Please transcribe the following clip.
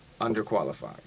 underqualified